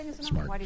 Smart